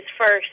first